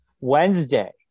wednesday